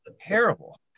terrible